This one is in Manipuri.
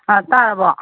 ꯑꯥ ꯇꯥꯔꯕꯣ